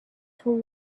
till